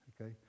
Okay